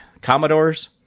Commodores